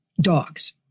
dogs